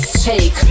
Take